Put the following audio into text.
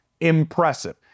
impressive